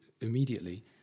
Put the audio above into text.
immediately